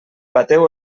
bateu